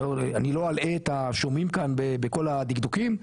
אני לא אלאה את השומעים כאן בכל הדקדוקים,